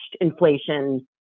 inflation